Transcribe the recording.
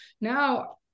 now